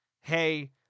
Hey